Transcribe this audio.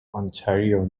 ontario